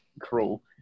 cruel